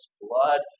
blood